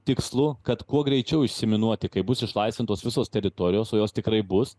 tikslu kad kuo greičiau išsiminuoti kai bus išlaisvintos visos teritorijos o jos tikrai bus